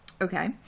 okay